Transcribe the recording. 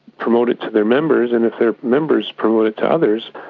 promote it to their members, and if their members promote it to others,